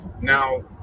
now